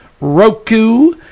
Roku